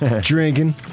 drinking